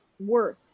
worth